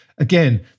Again